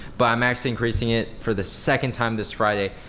but i'm actually increasing it for the second time this friday.